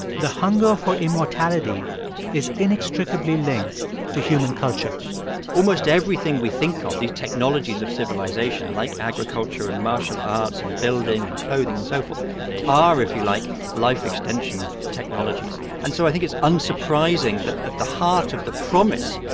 the hunger for immortality is inextricably linked to human culture almost everything we think of these technologies of civilization, like agriculture and martial arts and building and clothing and so forth are, if you like, life-extension technologies. and so i think it's unsurprising that at the heart of the promise,